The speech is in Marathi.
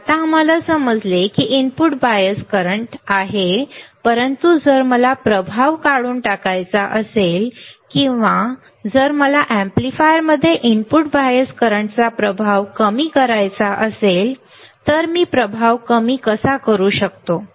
आता आम्हाला समजले की इनपुट बायस करंट आहे परंतु जर मला प्रभाव काढून टाकायचा असेल किंवा जर मला एम्पलीफायरमध्ये इनपुट बायस करंटचा प्रभाव कमी करायचा असेल तर मी प्रभाव कमी कसा करू शकतो